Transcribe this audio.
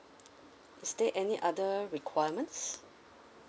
is there any other requirements